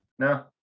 No